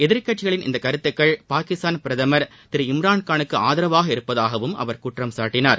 எதிர்க்கட்சிகளின் கருத்துக்கள் பாகிஸ்தான் இந்தக் பிரதமர் திரு இம்ரான்கானுக்கு ஆதரவாக இருப்பதாகவும் அவர் குற்றம் சாட்டினார்